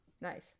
Nice